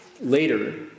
later